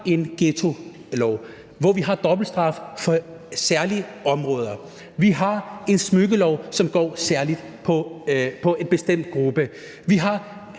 en ghettolov, hvor vi har dobbeltstraf på særlige områder. Vi har en smykkelov, som særlig går på en bestemt gruppe. Vi har